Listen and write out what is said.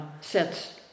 sets